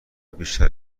بیشتر